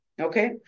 Okay